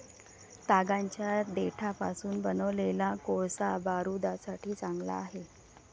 तागाच्या देठापासून बनवलेला कोळसा बारूदासाठी चांगला आहे